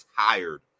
tired